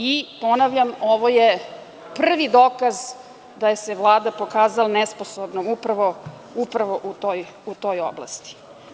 I, ponavljam, ovo je prvi dokaz gde se Vlada pokazala nesposobnom upravo u toj oblasti.